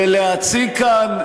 ולהציג כאן,